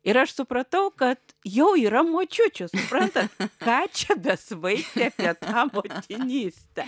ir aš supratau kad jau yra močiučių suprantat ką čia besvaigti apie tą motinystę